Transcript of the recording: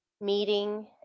meeting